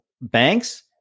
banks